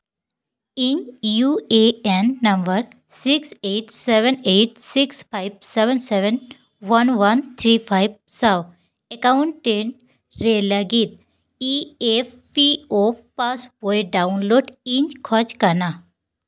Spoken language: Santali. ᱤᱧ U A N number six eight seven eight six five seven seven one one three five ᱥᱟᱶ ᱮᱠᱟᱣᱩᱱᱴᱮᱱᱴ ᱨᱮ ᱞᱟᱹᱜᱤᱫ E F P O passbook downloading ᱠᱷᱚᱡᱽ ᱠᱟᱱᱟ